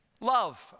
Love